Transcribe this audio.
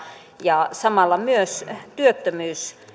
ja samalla myös